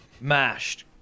mashed